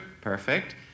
perfect